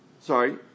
sorry